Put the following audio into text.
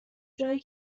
جایی